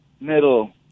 middle